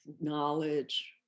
knowledge